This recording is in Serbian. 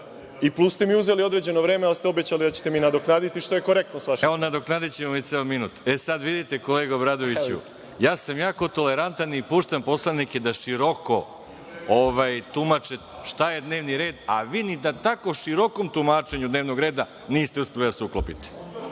i plus ste mi uzeli određeno vreme, ali ste obećali da ćete mi nadoknaditi, što je korektno sa vaše strane. **Veroljub Arsić** Nadoknadiću vam i ceo minut. Vidite, kolega Obradoviću ja sam jako tolerantan i puštam poslanike da široko tumače šta je dnevni red, a vi ni da tako širokom tumačenju dnevnog reda niste uspeli da se uklopite.